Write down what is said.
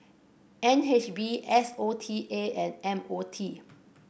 N H B S O T A and M O T